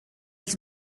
els